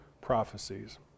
prophecies